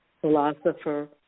philosopher